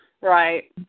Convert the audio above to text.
Right